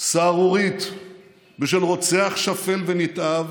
סהרורית בשל רוצח שפל ונתעב